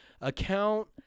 account